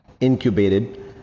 incubated